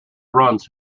runs